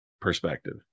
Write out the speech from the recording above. perspective